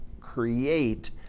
create